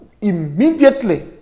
immediately